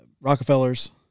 Rockefellers